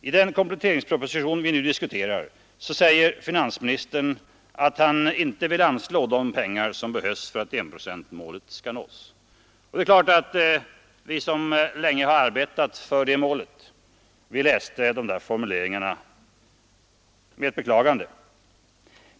I den kompletteringsproposition vi nu diskuterar säger finansministern att han inte vill anslå de pengar som behövs för att enprocentsmålet skall nås. Det är klart att vi som länge har arbetat för det målet läste dessa formuleringar med beklagande.